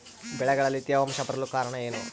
ಬೆಳೆಗಳಲ್ಲಿ ತೇವಾಂಶ ಬರಲು ಕಾರಣ ಏನು?